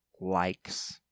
likes